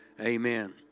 Amen